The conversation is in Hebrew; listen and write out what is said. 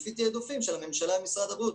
לפי תיעדוף של הממשלה ומשרד הבריאות.